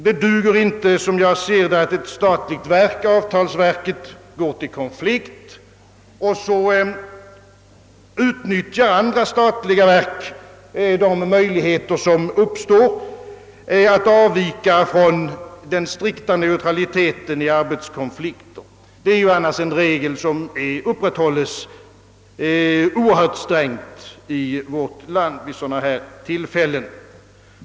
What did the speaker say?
Det duger inte att ett statligt verk — avtalsverket — går till konflikt och andra statliga verk utnyttjar möjligheter att avvika från den neutralitet i arbetskonflikter som annars är en strängt upprätthållen regel i vårt land.